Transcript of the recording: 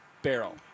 barrel